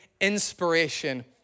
inspiration